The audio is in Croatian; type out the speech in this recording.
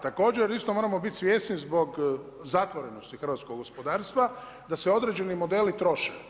Također isto moramo bit svjesni zbog zatvorenosti hrvatskog gospodarstva da se određeni modeli troše.